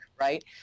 right